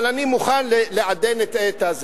אבל אני מוכן לעדן את זה.